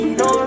no